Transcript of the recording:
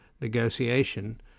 negotiation